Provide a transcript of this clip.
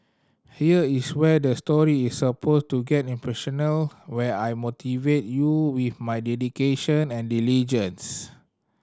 here is where the story is suppose to get inspirational where I motivate you with my dedication and diligence